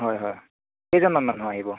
হয় হয় কেইজনমান মানুহ আহিব